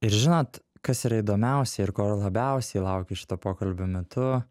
ir žinot kas yra įdomiausia ir ko labiausiai laukiu šito pokalbio metu